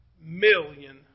million